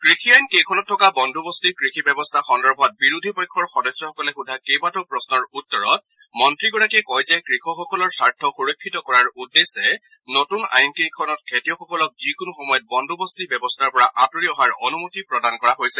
কৃষি আইন কেইখনত থকা বন্দোৱস্তি কৃষি ব্যৱস্থা সন্দৰ্ভত বিৰোধী পক্ষৰ সদস্যসকলে সোধা কেইবাটাও প্ৰশ্নৰ উত্তৰত মন্ত্ৰীগৰাকীয়ে কয় যে কৃষকসকলৰ স্বাৰ্থ সুৰক্ষিত কৰাৰ উদ্দেশ্যে নতুন আইনকেইখনত খেতিয়কসকলক যিকোনো সময়ত বন্দোৱস্তি ব্যৱস্থাৰ পৰা আঁতৰি অহাৰ অনুমতি প্ৰদান কৰা হৈছে